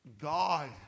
God